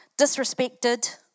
disrespected